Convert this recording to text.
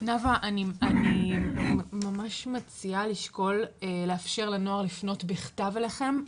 נאוה אני ממש מציעה לשקול לאפשר לנוער לפנות בכתב אליכם,